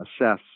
assess